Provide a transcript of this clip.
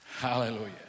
Hallelujah